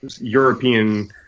European